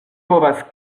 povas